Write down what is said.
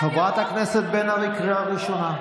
חברת הכנסת בן ארי, קריאה ראשונה.